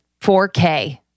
4K